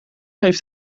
heeft